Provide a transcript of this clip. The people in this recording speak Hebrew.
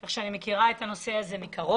כך שאני מכירה את הנושא הזה מקרוב.